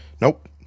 Nope